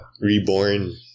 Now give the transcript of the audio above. Reborn